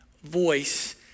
voice